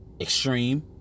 extreme